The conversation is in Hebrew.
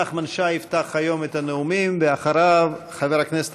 שעה 13:00 תוכן העניינים נאומים בני דקה 4 נחמן שי